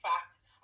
facts